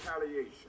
retaliation